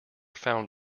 found